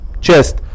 chest